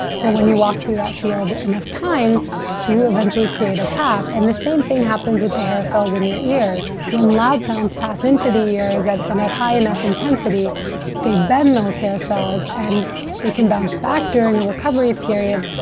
but when you walk through that field enough times you eventually create a path and the same thing happens with the hair cells in your ears. when loud sounds pass into the ears and at high enough intensity they bend those hair cells, and they can bounce back during a recovery period.